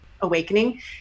awakening